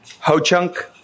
Ho-Chunk